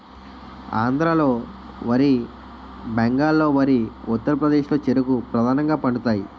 ఆంధ్రాలో వరి బెంగాల్లో వరి ఉత్తరప్రదేశ్లో చెరుకు ప్రధానంగా పండుతాయి